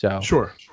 Sure